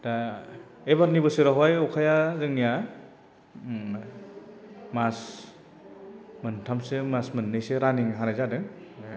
दा एबारनि बोसोरावहाय अखाया जोंनिया मास मोनथामसो मास मोननैसो रानिं हानाय जादों